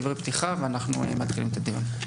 דברי פתיחה ואנחנו מתחילים את הדיון.